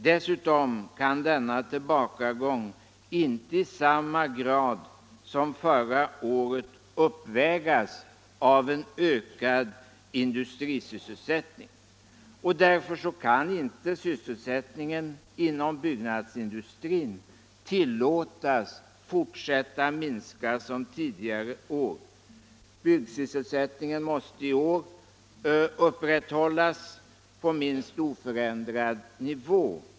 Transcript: Dessutom kan denna tillbakagång inte i samma grad som förra året uppvägas av en ökad industrisysselsättning. Därför kan inte sysselsättningen inom byggnadsindustrin tillåtas fortsätta att minska som tidigare år. Byggsysselsättningen måste i år upprätthållas på oförändrad nivå.